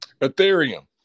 Ethereum